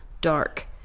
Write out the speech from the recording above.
dark